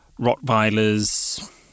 Rottweilers